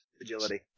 Agility